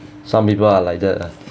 some people are like that ah